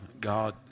God